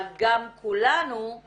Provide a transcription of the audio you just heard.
אבל כולנו גם